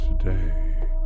today